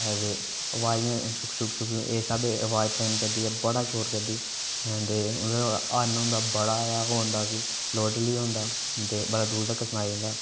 आबाज इयां शुक शुक इस स्हाबें आबाज ट्रेन करदी ऐ ते बड़ा शोर करदी ऐ ते नुआढ़ा हार्न होंदा बड़ा गै होंदा कि लोडली होंदा बड़ा दूर तक सुनाई दिंदा